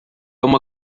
uma